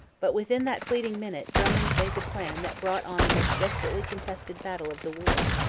but within that fleeting minute drummond made the plan that brought on the most desperately contested battle of the war.